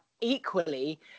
equally